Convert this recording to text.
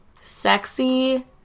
Sexy